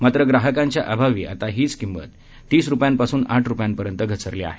मात्र ग्राहकांच्या अभावी आता हीच किंमत तीस रुपयांपासून आठ रुपयांपर्यंत घसरली आहे